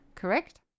correct